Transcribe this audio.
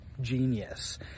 genius